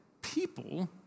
people